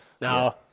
No